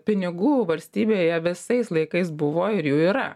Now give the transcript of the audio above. pinigų valstybėje visais laikais buvo ir jų yra